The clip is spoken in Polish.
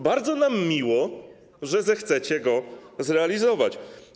Bardzo nam miło, że zechcecie go zrealizować.